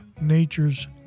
nature's